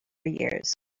years